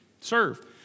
Serve